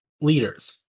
leaders